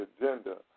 agenda